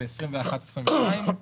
2022-2021,